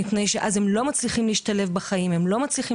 מפני שאז הם לא מצליחים להשתלב בחיים הם לא מצליחים